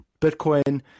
bitcoin